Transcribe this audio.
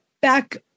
back